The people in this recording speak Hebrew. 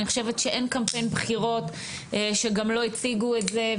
אני חושבת שאין קמפיין בחירות שגם לא הציגו את זה,